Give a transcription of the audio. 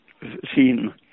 seen